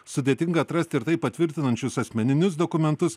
sudėtinga atrasti ir tai patvirtinančius asmeninius dokumentus